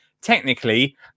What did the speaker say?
Technically